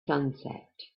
sunset